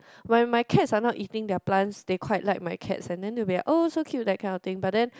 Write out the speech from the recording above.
when my cats are not eating their plants they quite like my cats and then they'll be like oh so cute that kind of thing but then